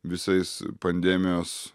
visais pandemijos